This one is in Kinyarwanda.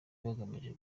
bagamije